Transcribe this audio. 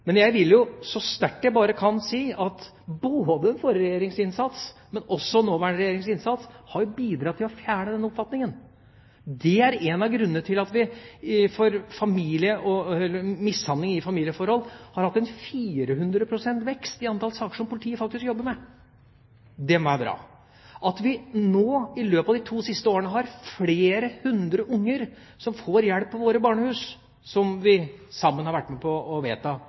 Men jeg vil så sterkt jeg bare kan, si at både den forrige regjeringens innsats og den nåværende regjeringens innsats har bidratt til å fjerne den oppfatningen. Det er en av grunnene til at det har vært en vekst på 400 pst. i antall saker om mishandling i familieforhold som politiet jobber med. Det må være bra. At flere hundre barn i løpet av de to siste årene har fått hjelp i våre barnehus, som vi sammen har